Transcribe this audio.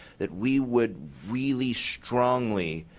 that we would really strongly